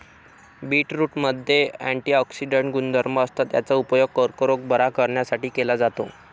बीटरूटमध्ये अँटिऑक्सिडेंट गुणधर्म असतात, याचा उपयोग कर्करोग बरा करण्यासाठी केला जातो